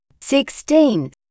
sixteen